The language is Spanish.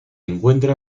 encuentra